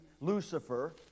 Lucifer